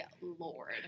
Lord